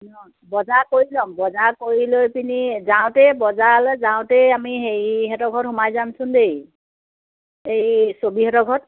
ন বজাৰ কৰি ল'ম বজাৰ কৰি লৈ পিনি যাওঁতেই বজাৰলৈ যাওঁতেই আমি হেৰিহঁতৰ ঘৰত সোমাই যামচোন দেই এই ছবিহেঁতৰ ঘৰত